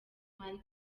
n’abandi